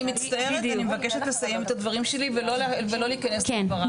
אני מצטערת ואני מבקשת לסיים את הדברים שלי ולא להיכנס לדבריי.